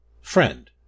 Friend